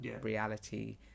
reality